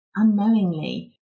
unknowingly